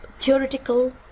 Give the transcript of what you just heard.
theoretical